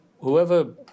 whoever